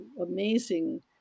amazing